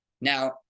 now